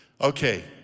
Okay